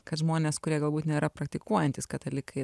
kad žmonės kurie galbūt nėra praktikuojantys katalikai